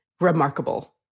remarkable